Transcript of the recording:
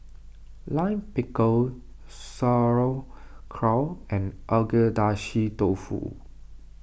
Lime Pickle Sauerkraut and Agedashi Dofu